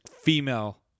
female